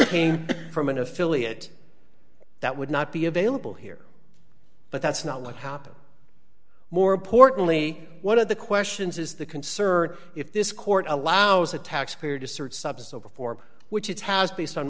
came from an affiliate that would not be available here but that's not what happened more importantly one dollar of the questions is the concern if this court allows a taxpayer to search sub so before which is has based on